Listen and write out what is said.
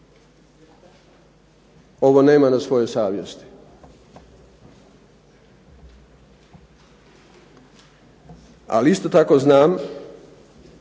ovo nema na svojoj savjesti, ali isto tako znam